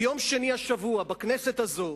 ביום שני השבוע, בכנסת הזאת,